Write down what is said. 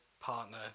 partner